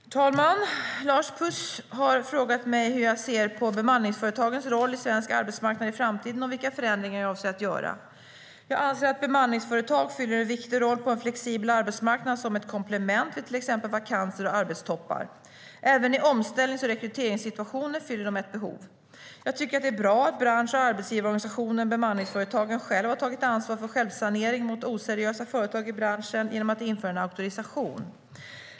Herr talman! Lars Püss har frågat mig hur jag ser på bemanningsföretagens roll på svensk arbetsmarknad i framtiden och vilka förändringar jag avser att göra. Jag tycker att det är bra att bransch och arbetsgivarorganisationen Bemanningsföretagen själv har tagit ansvar för självsanering mot oseriösa företag i branschen genom att införa en auktorisation.